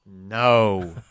No